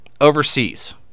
overseas